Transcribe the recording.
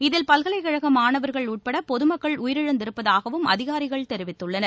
இதில் பல்கலைக்கழக மாணவா்கள் உள்பட பொதமக்கள் உயிரிழந்திருப்பதாகவும் அதிகாரிகள் தெரிவித்துள்ளனர்